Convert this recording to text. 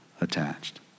attached